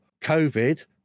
COVID